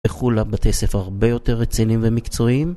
וכולם בתי ספר הרבה יותר רצינים ומקצועיים